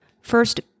First